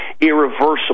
irreversible